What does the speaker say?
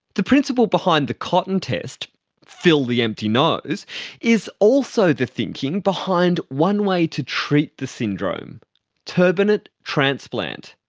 the principle behind the cotton test fill the empty nose is also the thinking behind one way to treat the syndrome turbinate transplant,